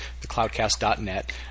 thecloudcast.net